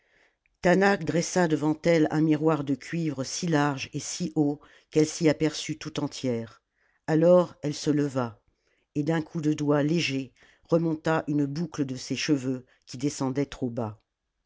dressa devant elle un miroir de cuivre si large et si haut qu'elle s'y aperçut tout entière alors elle se leva et d'un coup de doigt léger remonta une boucle de ses cheveux qui descen dait trop bas